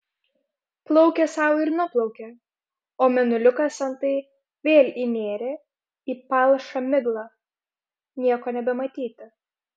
plaukė sau ir nuplaukė o mėnuliukas antai vėl įnėrė į palšą miglą nieko nebematyti